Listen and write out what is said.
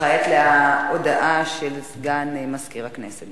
כעת להודעה של סגן מזכיר הכנסת.